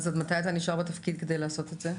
עד מתי אתה נשאר בתפקיד כדי לעשות את זה?